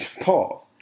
pause